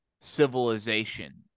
civilization